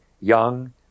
young